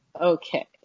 Okay